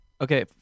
Okay